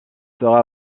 sera